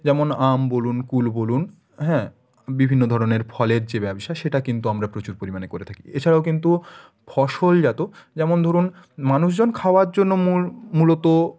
যেমন আম বলুন কুল বলুন হ্যাঁ বিভিন্ন ধরনের ফলের যে ব্যবসা সেটা কিন্তু আমরা প্রচুর পরিমাণে করে থাকি এছাড়াও কিন্তু ফসলজাত যেমন ধরুন মানুষ জন খাওয়ার জন্য মূল মূলত